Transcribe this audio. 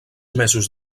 mesos